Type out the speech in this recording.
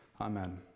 Amen